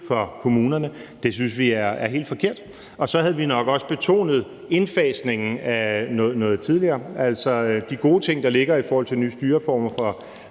for kommunerne. Det synes vi er helt forkert. Og så havde vi nok også betonet indfasningen noget tidligere. Altså, de gode ting, der ligger i forhold til nye styreformer for